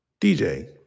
DJ